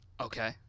Okay